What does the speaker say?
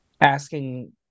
asking